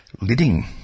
leading